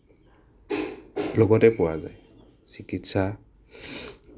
লগতে পোৱা যায় চিকিৎসা